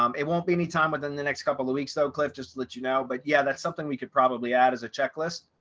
um it won't be anytime within the next couple of weeks though cliff just let you know. but yeah, that's something we could probably add as a checklist,